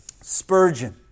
Spurgeon